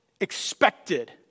expected